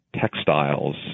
textiles